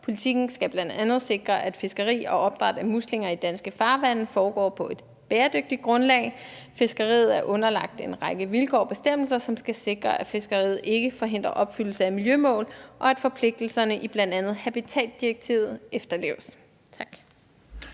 Politikken skal bl.a. sikre, at fiskeri og opdræt af muslinger i danske farvande foregår på et bæredygtigt grundlag. Fiskeriet er underlagt en række vilkår og bestemmelser, som skal sikre, at fiskeriet ikke forhindrer opfyldelse af miljømål, og at forpligtelserne i bl.a. habitatsdirektivet efterleves.